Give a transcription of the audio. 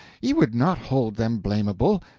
ye would not hold them blamable.